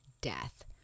death